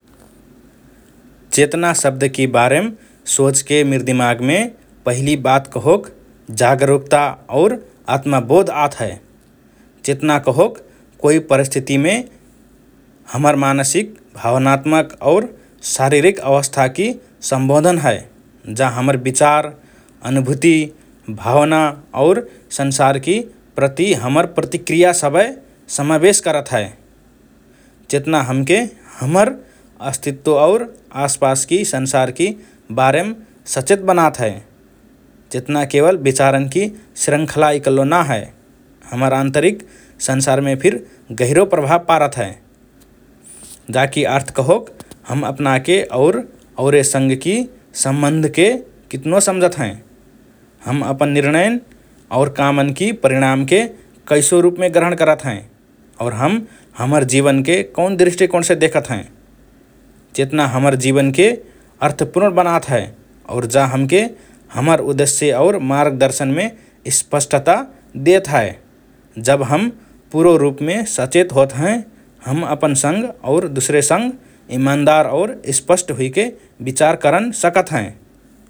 “चेतना” शब्दकि बारेम सोचके मिर दिमागमे पहिलि बात कहोक जागरुकता और आत्मबोध आत हए । चेतना कहोक कोइ परिस्थितिमे हमर मानसिक, भावनात्मक और शारीरिक अवस्थाकि सम्बोधन हए । जा हमर विचार, अनुभूति, भावना और संसारकि प्रति हमर प्रतिक्रिया सबए समाबेश करत हए । चेतना हमके हमर अस्तित्व और आसपासकि संसारकि बारेम सचेत बनात हए । चेतना केवल विचारन्कि श्रृंखला इकल्लो ना हए, हमर आन्तरिक संसारमे फिर गहिरो प्रभाव पारत हए । जाकि अर्थ कहोक हम अपनाके और औरेसँगकि सम्बन्धके कितनो सम्झत हएँ, हम अपन निर्णयन् और कामन्कि परिणामके कैसो रुपमे ग्रहण करत हएँ और हम हमर जीवनके कौन दृष्टिकोणसे देखत हएँ । चेतना हमर जीवनके अर्थपूर्ण बनात हए और जा हमके हमर उद्देश्य और मार्गदर्शनमे स्पष्टता देत हए । जब हम पूरो रुपमे सचेत होत हएँ, हम अपनसँग और दुसरेसँग इमानदार और स्पष्ट हुइके विचार करन सकत हएँ ।